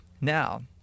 Now